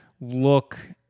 look